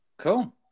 Cool